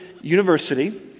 University